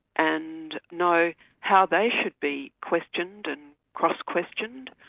and know how they should be questioned and cross-questioned.